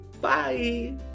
Bye